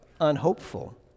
unhopeful